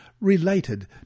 related